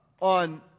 On